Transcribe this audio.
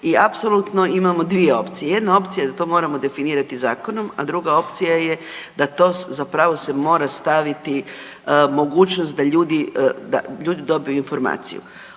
i apsolutno imamo dvije opcije. Jedna opcija je da to moramo definirati zakonom, a druga opcija je da to zapravo se mora staviti mogućnost da ljudi dobiju informaciju.